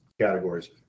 categories